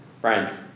Brian